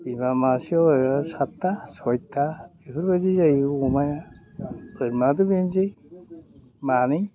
बिमा मासेयाव सातथा सयथा बिफोरबायदि जायो अमाया बोरमायाथ' बेनोसै मानै